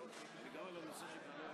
כפי שקרה וקורה היום